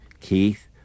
Keith